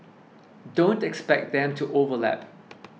don't expect them to overlap